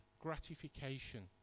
gratification